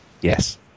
Yes